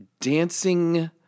dancing